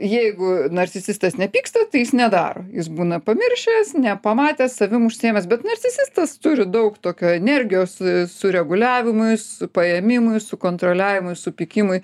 jeigu narcisistas nepyksta tai jis nedaro jis būna pamiršęs nepamatęs savim užsiėmęs bet narcisistas turi daug tokio energijos sureguliavimui s paėmimui sukontroliavimui ir supykimui